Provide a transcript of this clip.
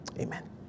Amen